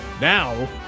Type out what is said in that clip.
now